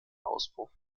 ausbau